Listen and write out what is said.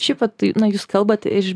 šiaip vat na jūs kalbat iš